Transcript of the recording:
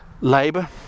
labour